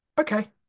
okay